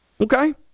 Okay